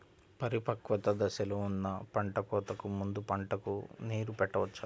పరిపక్వత దశలో ఉన్న పంట కోతకు ముందు పంటకు నీరు పెట్టవచ్చా?